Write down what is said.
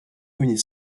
ruiner